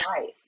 life